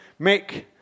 Mick